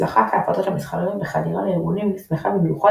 הצלחת ההפצות המסחריות בחדירה לארגונים נסמכה במיוחד